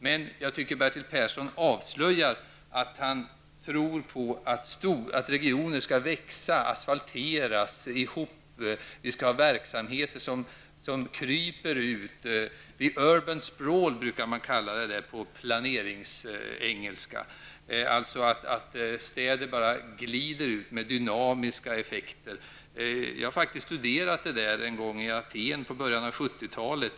Men jag tycker att Bertil Persson avslöjar att han tror på att regioner skall växa och asfalteras, att vi skall ha verksamheter som kryper ut. ''The urban sprawl'' brukar man kalla detta på planeringsengelska, dvs. att städer bara glider ut med dynamiska effekter som följd. Jag har faktiskt studerat detta i Aten i början av 70-talet.